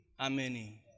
Amen